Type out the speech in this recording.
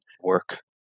work